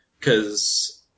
Cause